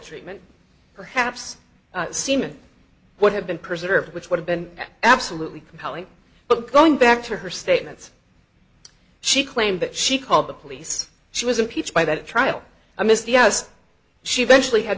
treatment perhaps semen would have been preserved which would have been absolutely compelling but going back to her statements she claimed that she called the police she was impeached by that trial i missed yes she eventually had